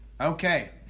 okay